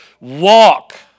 walk